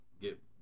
get